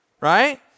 right